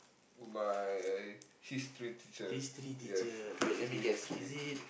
my history teacher yes teaches me history